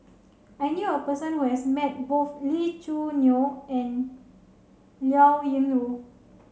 I knew a person who has met both Lee Choo Neo and Liao Yingru